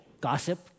Gossip